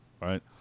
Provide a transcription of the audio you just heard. right